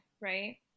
right